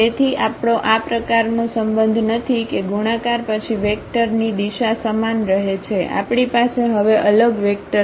તેથી આપણો આ પ્રકારનો સંબંધ નથી કે ગુણાકાર પછી વેક્ટરની દિશા સમાન રહે છે આપણી પાસે હવે અલગ વેક્ટર છે